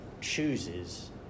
chooses